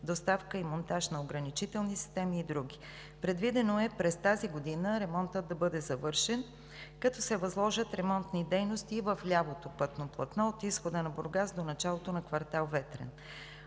доставка и монтаж на ограничителни системи и други. Предвидено е през тази година ремонтът да бъде завършен, като се възложат ремонтни дейности и в лявото пътно платно от изхода на Бургас до началото на квартал „Ветрен“.